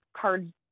cards